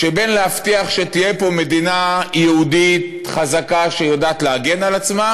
בין להבטיח שתהיה פה מדינה יהודית חזקה שיודעת להגן על עצמה